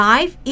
Life